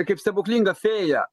kaip stebuklinga fėja